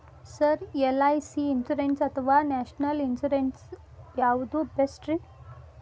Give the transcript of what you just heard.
Sir LIC insurance ಅಥವಾ national insurance ಯಾವುದು ಬೆಸ್ಟ್ರಿ?